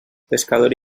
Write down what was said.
pescador